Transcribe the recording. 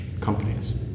companies